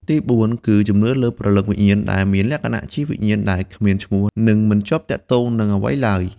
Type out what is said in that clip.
ទីបួន គឺជំនឿលើព្រលឹងវិញ្ញាណដែលមានលក្ខណៈជាវិញ្ញាណដែលគ្មានឈ្មោះនិងមិនជាប់ទាក់ទងនឹងអ្វីឡើយ។